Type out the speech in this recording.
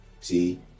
See